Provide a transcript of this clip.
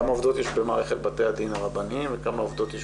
כמה עובדות יש במערכת בתי הדין הרבניים וכמה עובדות יש